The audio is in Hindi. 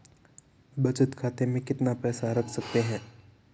बचत खाते में कितना पैसा रख सकते हैं?